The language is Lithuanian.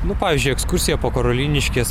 nu pavyzdžiui ekskursija po karoliniškes